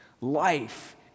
Life